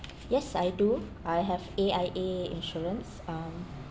yes I do I have A_I_A insurance um